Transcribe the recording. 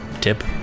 tip